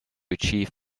achieve